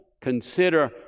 Consider